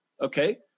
Okay